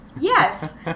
Yes